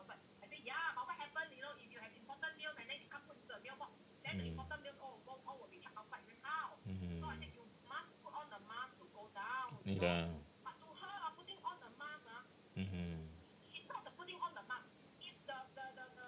mm mmhmm mm ya mmhmm